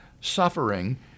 suffering